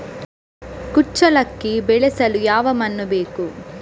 ಕುಚ್ಚಲಕ್ಕಿ ಬೆಳೆಸಲು ಯಾವ ಮಣ್ಣು ಬೇಕು?